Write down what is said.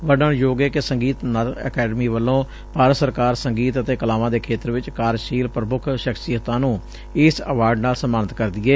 ਵਰਣਨਯੋਗ ਏ ਕਿ ਸੰਗੀਤ ਨਾਟਕ ਅਕੈਡਮੀ ਵੱਲੋਂ ਭਾਰਤ ਸਰਕਾਰ ਸੰਗੀਤ ਅਤੇ ਕਲਾਵਾਂ ਦੇ ਖੇਤਰ ਵਿੱਚ ਕਾਰਜਸ਼ੀਲ ਪ੍ਰਮੁੱਖ ਸ਼ਖ਼ਸੀਅਤਾਂ ਨੂੰ ਇਸ ਐਵਾਰਡ ਨਾਲ ਸਨਮਾਨਿਤ ਕਰਦੀ ਏ